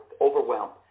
overwhelmed